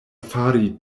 fari